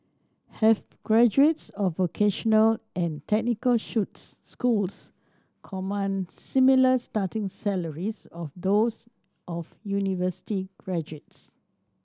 have graduates of vocational and technical shoes schools command similar starting salaries of those of university graduates